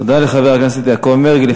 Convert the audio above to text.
תודה לחבר הכנסת יעקב מרגי.